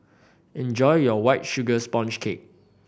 enjoy your White Sugar Sponge Cake